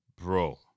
Bro